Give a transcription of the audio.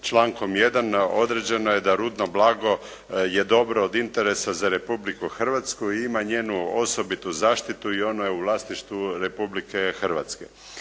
člankom 1. određeno je da rudno blago je dobro od interesa za Republiku Hrvatsku i ima njenu osobitu zaštitu i ono je u vlasništvu Republke Hrvatske.